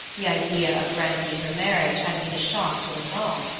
the idea of grancy's remarriage had been a shock to us all.